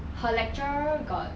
her lecturer got